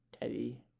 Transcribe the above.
Teddy